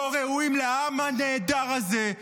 לא ראויים לעם הנהדר הזה.